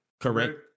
Correct